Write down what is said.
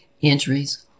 injuries